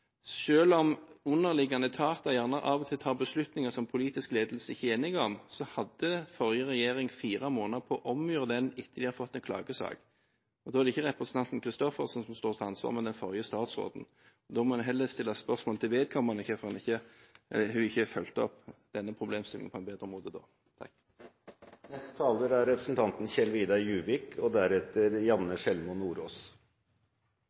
ledelse ikke er enig i, hadde forrige regjering fire måneder på å omgjøre dette etter at de hadde fått en klagesak. Det er ikke representanten Christoffersen som står til ansvar, men den forrige statsråden. Da må en heller stille spørsmål til vedkommende om hvorfor hun ikke fulgte opp denne problemstillingen på en bedre måte da. Først vil jeg takke interpellanten, Lise Christoffersen, for at hun løftet denne saken opp på Stortingets talerstol. Sosial dumping er et økende problem, og